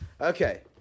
Okay